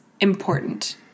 important